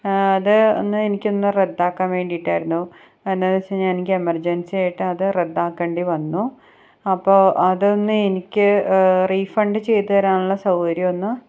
അത് ഒന്ന് എനിക്കൊന്ന് റദ്ദാക്കാൻ വേണ്ടിയിട്ടായിരുന്നു അതെന്താന്നു വെച്ചുകഴിഞ്ഞാല് എനിക്ക് എമർജൻസി ആയിട്ട് അത് റദ്ദാക്കണ്ടി വന്നു അപ്പോള് അതൊന്ന് എനിക്ക് റീഫണ്ട് ചെയ്ത് തരാനുള്ള സൗകര്യമൊന്ന്